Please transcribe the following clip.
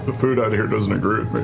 but food out here doesn't agree